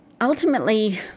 ultimately